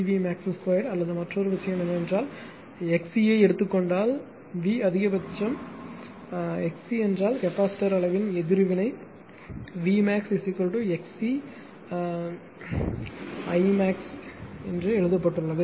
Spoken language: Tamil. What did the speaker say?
வி max 2 அல்லது மற்றொரு விஷயம் என்னவென்றால் எக்ஸ்சியை எடுத்துக் கொண்டால் V அதிகபட்சம் XC என்றால் கெபாசிட்டர் அளவின் எதிர்வினை V max XC in I max இங்கு எழுதப்பட்டுள்ளது